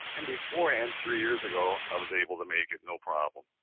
and before and three years ago, i was able to make it no problem.